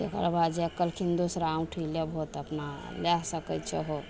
तकरबाद जाकऽ कहलखिन दोसरा औँठी लेबहो तऽ अपना लए सकय छहो